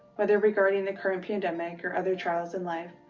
whether regarding the current pandemic or other trials in life,